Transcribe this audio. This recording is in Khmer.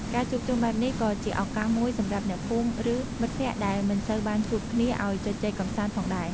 ការជួបជុំបែបនេះក៏ជាឱកាសមួយសម្រាប់អ្នកភូមិ ឬមិត្តភក្តិដែលមិនសូវបានជួបគ្នា ឲ្យជជែកកម្សាន្តផងដែរ។